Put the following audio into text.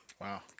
Wow